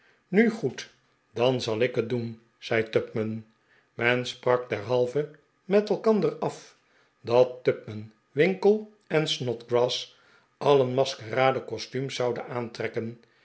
nu goed dan zal ik het doen zei tupman men sprak derhalve met elkander a'f dat tupman winkle en snodgrass alien maskeradecostuums zouden aantrekkenj